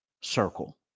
circle